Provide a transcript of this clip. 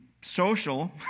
social